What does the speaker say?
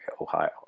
ohio